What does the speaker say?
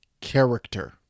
character